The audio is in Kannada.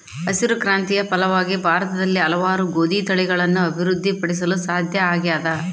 ಹಸಿರು ಕ್ರಾಂತಿಯ ಫಲವಾಗಿ ಭಾರತದಲ್ಲಿ ಹಲವಾರು ಗೋದಿ ತಳಿಗಳನ್ನು ಅಭಿವೃದ್ಧಿ ಪಡಿಸಲು ಸಾಧ್ಯ ಆಗ್ಯದ